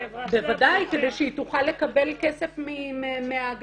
בוודאי, כדי שהיא תוכל לקבל כסף מהאגף.